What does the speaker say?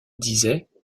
disait